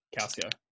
Calcio